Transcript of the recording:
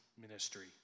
ministry